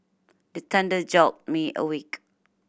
the thunder jolt me awake